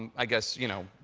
i guess, you know,